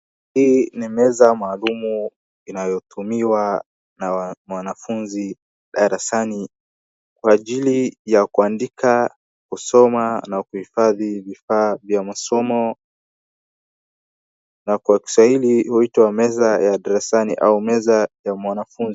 Hii ni meza maalum inayotumiwa na wanafunzi darasani kwa ajili ya kuandika, kusoma na kuhifadhi vifaa vya masomo, na kwa Kiswahili huitwa meza ya darasani au meza ya mwanafunzi.